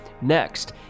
Next